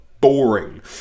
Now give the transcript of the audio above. boring